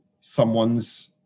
someone's